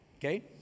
okay